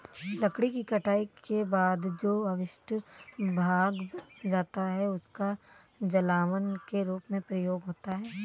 लकड़ी के कटाई के बाद जो अवशिष्ट भाग बच जाता है, उसका जलावन के रूप में प्रयोग होता है